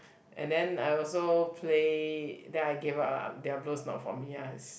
and then I also play then I gave up ah Diablo's not for me ah